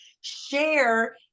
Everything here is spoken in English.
share